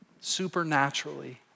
supernaturally